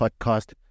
podcast